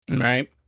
Right